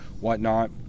whatnot